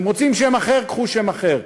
אתם רוצים שם אחר, קחו שם אחר,